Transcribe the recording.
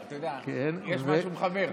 אתה יודע, יש משהו מחבר.